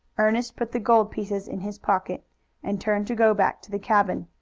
ernest put the gold pieces in his pocket and turned to go back to the cabin,